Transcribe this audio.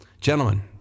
Gentlemen